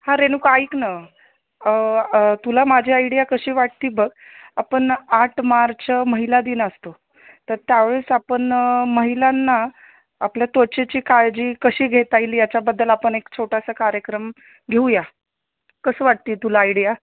हां रेणूका ऐक ना तुला माझी आयडिया कशी वाटते बघ आपण आठ मार्च महिला दिन असतो तर त्यावेळेस आपण महिलांना आपल्या त्वचेची काळजी कशी घेता येईल याच्याबद्दल आपण एक छोटासा कार्यक्रम घेऊया कसं वाटते तुला आयडिया